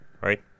right